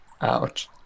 ouch